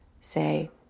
say